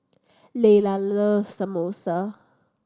Laylah loves Samosa